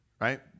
right